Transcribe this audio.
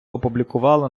опублікувала